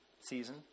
season